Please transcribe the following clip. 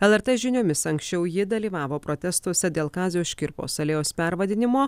lrt žiniomis anksčiau ji dalyvavo protestuose dėl kazio škirpos alėjos pervadinimo